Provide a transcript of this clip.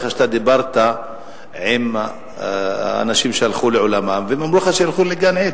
שאתה דיברת עם אנשים שהלכו לעולמם והם אמרו לך שילכו לגן-עדן.